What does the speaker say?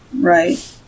right